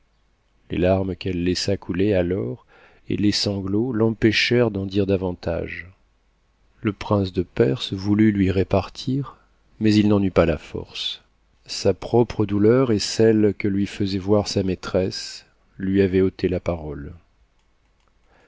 les larmes qu'elle laissa couler alors et les sanglots l'empêchèrent d'en dire davantage le prince de perse voulut lui repartir mais il n'en eut pas la force sa propre douleur et celle que lui faisait voir sa maîtresse lui avaient ôté la parole